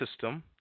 system